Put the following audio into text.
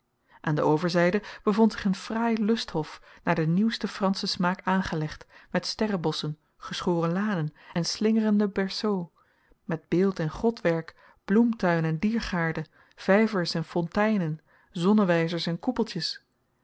aan de overzijde bevond zich een fraaie lusthof naar den nieuwsten franschen smaak aangelegd met sterre bosschen geschoren lanen en slingerende berceaux met beeld en grotwerk bloemtuin en diergaarde vijvers en fonteinen zonnewijzers en koepeltjes